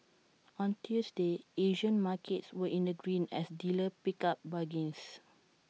on Tuesday Asian markets were in the green as dealers picked up bargains